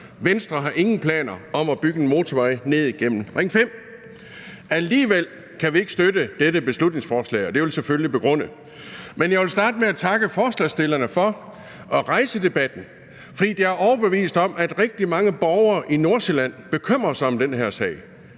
Venstre har ingen planer om at bygge en motorvej ned igennem Ring 5. Alligevel kan vi ikke støtte dette beslutningsforslag, og det vil jeg selvfølgelig begrunde. Men jeg vil starte med at takke forslagsstillerne for at rejse debatten, for jeg er overbevist om, at rigtig mange borgere i Nordsjælland bekymrer sig om den her sag.